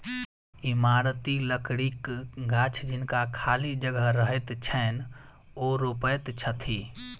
इमारती लकड़ीक गाछ जिनका खाली जगह रहैत छैन, ओ रोपैत छथि